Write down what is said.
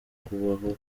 kubaho